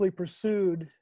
pursued